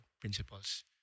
principles